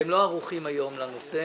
אתם לא ערוכים היום לנושא